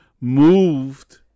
moved